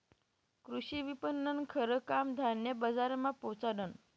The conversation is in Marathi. कृषी विपणननं खरं काम धान्य बजारमा पोचाडनं